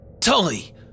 Tully